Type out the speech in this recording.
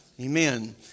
Amen